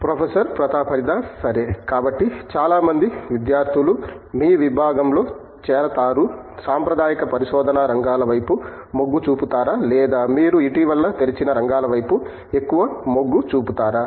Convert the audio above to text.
professor Pratap Haridas సరే కాబట్టి చాలా మంది విద్యార్థులు మీ విభాగంలో చేరతారు సాంప్రదాయిక పరిశోధనా రంగాల వైపు మొగ్గు చూపుతారా లేదా మీరు ఇటీవల తెరిచిన రంగాల వైపు ఎక్కువగా మొగ్గు చూపుతారా